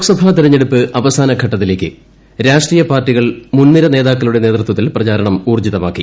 ലോക്സഭാ തെരഞ്ഞെടുപ്പ് അവസാനഘട്ടത്തിലേക്ക് രാഷ്ട്രീയപാർട്ടികൾ നേതാക്കളുടെ മുൻനിര നേതൃത്വത്തിൽ പ്രചാരണം ഊർജ്ജിതമാക്കി